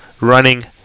running